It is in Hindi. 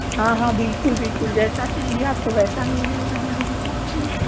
हाँ हाँ बिल्कुल बिल्कुल जैसा चाहिए आपको वैसा मिल जाएगा हमारी दुकान पर